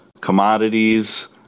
commodities